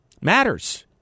matters